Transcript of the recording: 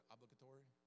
Obligatory